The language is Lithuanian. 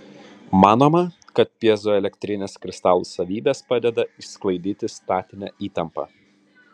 manoma kad pjezoelektrinės kristalų savybės padeda išsklaidyti statinę įtampą